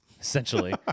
Essentially